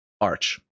Arch